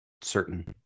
certain